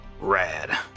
Rad